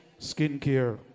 skincare